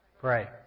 Pray